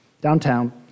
downtown